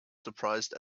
surprised